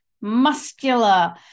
muscular